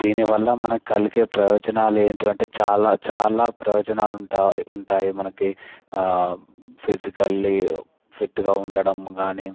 దీనివల్ల మనకి కలిగే ప్రయోజనాలు ఏంటి అంటే చాలా చాలా ప్రయోజనాలు ఉంటాయి ఉంటాయి మనకి ఫిజికల్లీ ఫిట్గా ఉండటం కానీ